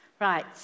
Right